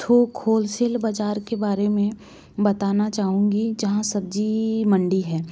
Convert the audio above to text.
थोक होलसेल बाज़ार के बारे में बताना चाहूँगी जहाँ सब्ज़ी मंडी है